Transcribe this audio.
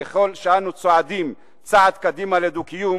ככל שאנו צועדים צעד קדימה לדו-קיום,